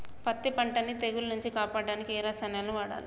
పత్తి పంటని తెగుల నుంచి కాపాడడానికి ఏ రసాయనాలను వాడాలి?